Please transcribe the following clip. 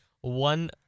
One